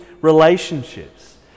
relationships